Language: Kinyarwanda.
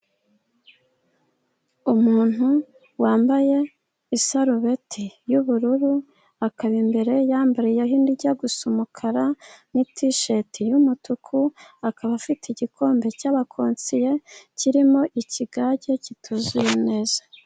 Umuntu wambaye isarubeti y'ubururu, akaba imbere yambariyeho indi ijya gusa umukara, ni ti sheti y'umutuku, akaba afite igikombe cy'abakonsiye kirimo ikigage kituzuye neza.